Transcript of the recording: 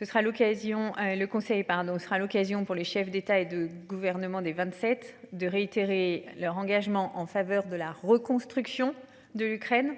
nos sera l'occasion pour les chefs d'État et de gouvernement des 27 de réitérer leur engagement en faveur de la reconstruction de l'Ukraine.